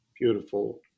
beautiful